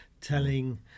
telling